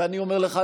ואני אומר לך,